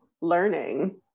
learning